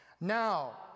Now